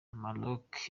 maroc